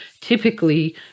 typically